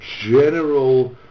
general